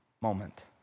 moment